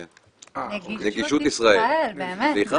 הממשלתי.